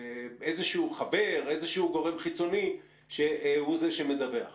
חבר או איזשהו גורם חיצוני שהוא זה שמדווח.